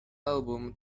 album